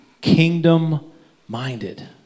kingdom-minded